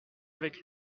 avec